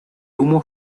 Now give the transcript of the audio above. humo